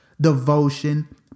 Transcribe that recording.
devotion